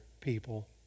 people